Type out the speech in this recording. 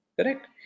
correct